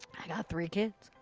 i got three kids.